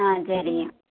సరి